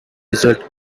result